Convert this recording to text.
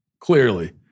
clearly